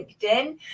LinkedIn